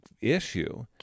issue